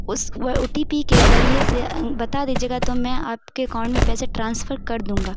اس O T P کے ذریعے سے بتا دیجیے گا تو میں آپ کے اکاؤنٹ میں پیسے ٹرانسفر کر دوں گا